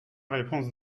réponse